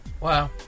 Wow